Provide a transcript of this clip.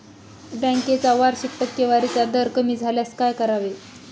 बँकेचा वार्षिक टक्केवारीचा दर कमी झाल्यास काय करावे?